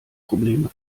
probleme